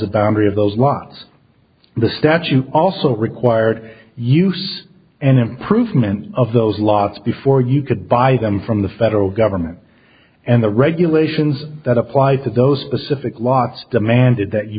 of those blocks the statute also required use and improvement of those laws before you could buy them from the federal government and the regulations that applied to those specific lots demanded